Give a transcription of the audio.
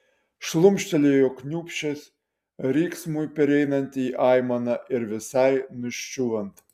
šlumštelėjo kniūbsčias riksmui pereinant į aimaną ir visai nuščiūvant